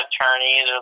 attorneys